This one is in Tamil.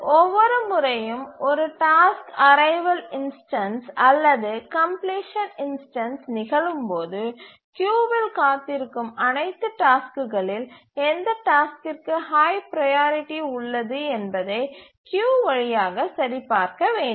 ஒவ்வொரு முறையும் ஒரு டாஸ்க் அரைவல் இன்ஸ்டன்ஸ் அல்லது கம்ப்லிசன் இன்ஸ்டன்ஸ் நிகழும்போது கியூவில் காத்திருக்கும் அனைத்து டாஸ்க்குகளில் எந்த டாஸ்க்கிற்கு ஹய் ப்ரையாரிட்டி உள்ளது என்பதை கியூ வழியாக சரிபார்க்க வேண்டும்